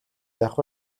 яах